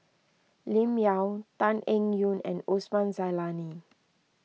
Lim Yau Tan Eng Yoon and Osman Zailani